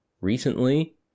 recently